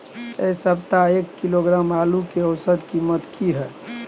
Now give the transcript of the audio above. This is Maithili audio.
ऐ सप्ताह एक किलोग्राम आलू के औसत कीमत कि हय?